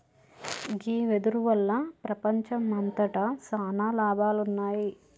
గీ వెదురు వల్ల ప్రపంచంమంతట సాన లాభాలున్నాయి